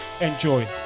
Enjoy